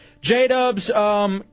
J-Dubs